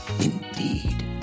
Indeed